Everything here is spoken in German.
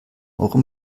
euro